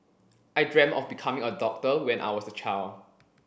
I dreamt of becoming a doctor when I was a child